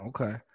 okay